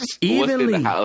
evenly